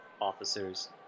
Officers